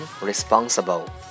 responsible